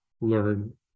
learn